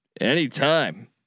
Anytime